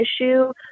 issue